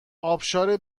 آبشار